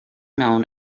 known